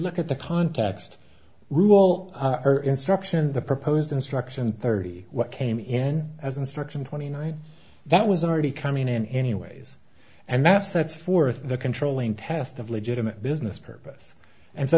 look at the context rule or instruction the proposed instruction thirty what came in as instruction twenty nine that was already coming in anyways and that sets forth the controlling past of legitimate business purpose and so